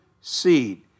seed